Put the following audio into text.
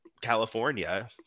california